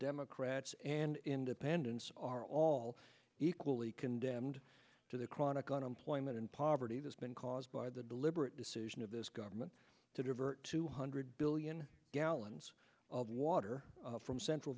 democrats and independents are all equally condemned to the chronic unemployment and poverty that's been caused by the deliberate decision of this government to divert two hundred billion gallons of water from central